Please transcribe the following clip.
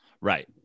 Right